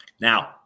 Now